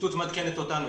הפרקליטות מעדכנת אותנו.